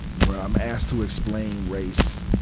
where i'm asked to explain race,